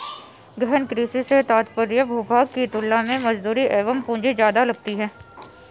गहन कृषि से तात्पर्य भूभाग की तुलना में मजदूरी एवं पूंजी ज्यादा लगती है